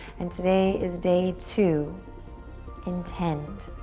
and today is day two intend.